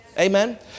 Amen